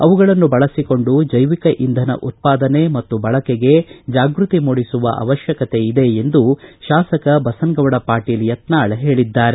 ಅವುಗಳನ್ನು ಬಳಸಿಕೊಂಡು ಜೈವಿಕ ಇಂಧನ ಉತ್ಪಾದನೆ ಮತ್ತು ಬಳಕೆಗೆ ಜಾಗೃತಿ ಮೂಡಿಸುವ ಅವಶ್ಯಕತೆ ಇದೆ ಎಂದು ಶಾಸಕ ಬಸನಗೌಡ ಪಾಟೀಲ ಯತ್ನಾಳ ಹೇಳಿದ್ದಾರೆ